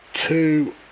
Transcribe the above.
Two